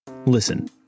Listen